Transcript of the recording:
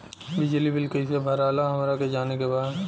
बिजली बिल कईसे भराला हमरा के जाने के बा?